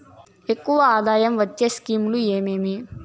ఎక్కువగా ఆదాయం వచ్చే స్కీమ్ లు ఏమేమీ?